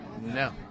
No